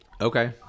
Okay